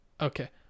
Okay